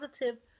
positive